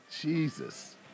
Jesus